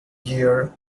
year